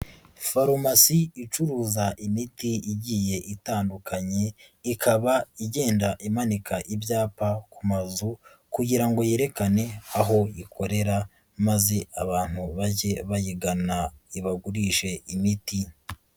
Farumasi icuruza imiti igiye itandukanye, ikaba igenda imanika ibyapa ku mazu kugira ngo yerekane aho ikorera, maze abantu bajye bayigana ibagurishe imiti.